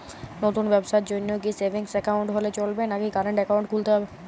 নতুন ব্যবসার জন্যে কি সেভিংস একাউন্ট হলে চলবে নাকি কারেন্ট একাউন্ট খুলতে হবে?